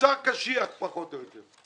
מוצר קשיח פחות או יותר,